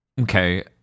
Okay